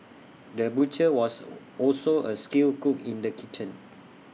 the butcher was also A skilled cook in the kitchen